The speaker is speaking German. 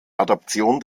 adaption